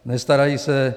Nestarají se!